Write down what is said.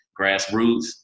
grassroots